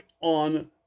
on